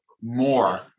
more